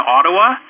Ottawa